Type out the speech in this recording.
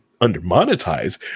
under-monetized